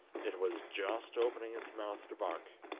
it was just opening its mouth to bark,